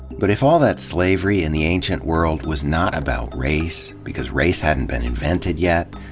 but if all that slavery in the ancient world was not about race because race hadn't been invented yet,